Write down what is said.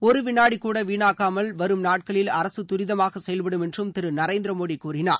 ஒரு வினாடி கூட வீணாக்காமல் வரும் நாட்களில் அரசு துரிதமாக செயல்படும் என்றும் திரு நரேந்திரமோடி கூறினார்